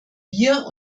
wir